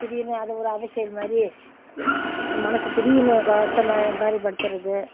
திடீர்னு அதை ஒரு அவச்செயல் மாதிரி மனசு திடீர்னு கஷ்ட மாதிரி படுத்துகிறது